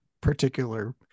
particular